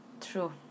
true